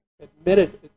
admitted